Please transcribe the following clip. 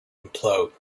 implode